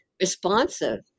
responsive